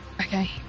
Okay